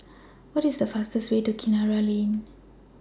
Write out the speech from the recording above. What IS The fastest Way to Kinara Lane